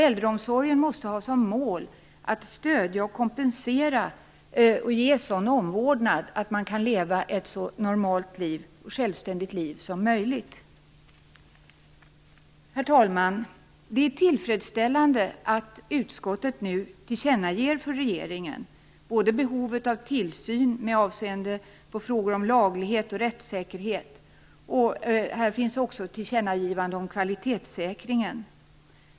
Äldreomsorgen måste ha som mål att stödja, kompensera och ge sådan omvårdnad att man kan leva ett så normalt och självständigt liv som möjligt. Herr talman! Det är tillfredsställande att utskottet nu tillkännager för regeringen behovet av tillsyn med avseende på frågor om laglighet och rättssäkerhet. Här finns också ett tillkännagivande om kvalitetssäkringen.